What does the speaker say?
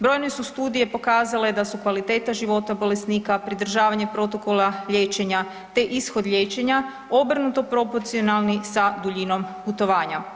Brojne su studije pokazale da su kvaliteta života bolesnika, pridržavanje protokola liječenja te ishod liječenja obrnuto proporcionalni sa duljinom putovanja.